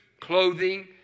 clothing